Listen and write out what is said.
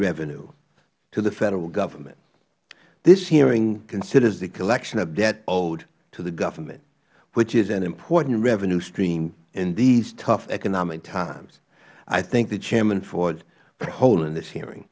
revenue to the federal government this hearing considers the collection of debt owed to the government which is an important revenue stream in these tough economic times i thank the chairman for holding this hearing